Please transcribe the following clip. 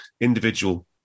individual